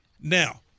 Now